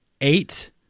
eight